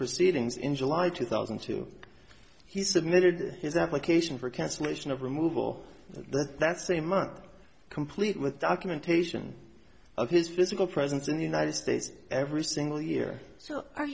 proceedings in july two thousand and two he submitted his application for cancellation of removal birth that's a month complete with documentation of his physical presence in the united states every single year so